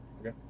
okay